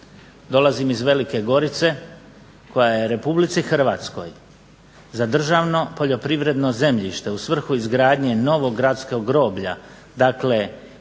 Dolazim iz Velike Gorice koja je RH za državno poljoprivredno zemljište u svrhu izgradnje novog gradskog groblja, dakle